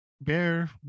Bear